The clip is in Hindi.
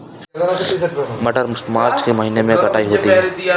मटर मार्च के महीने कटाई होती है?